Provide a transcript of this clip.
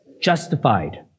Justified